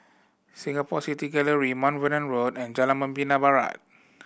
Singapore City Gallery Mount Vernon Road and Jalan Membina Barat